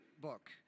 book